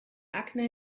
akne